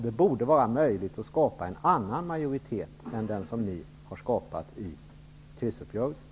Det borde vara möjligt att skapa en annan majoritet än den som ni har skapat i krisuppgörelsen.